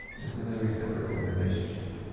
this is a reciprocal relationship.